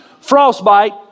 frostbite